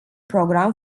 program